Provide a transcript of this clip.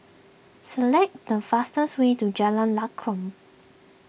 select the fastest way to Jalan Lakum